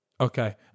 Okay